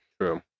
True